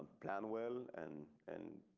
plan well and and.